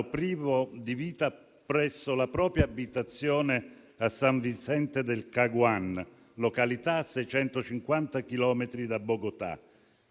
Il connazionale era un cooperante ONU ed era impegnato da due anni con le Nazioni Unite in un progetto che mirava a riconvertire gli ex combattenti